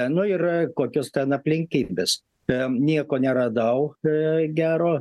nu ir kokios ten aplinkybės em nieko neradau e gero